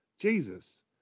Jesus